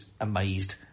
amazed